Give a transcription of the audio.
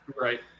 right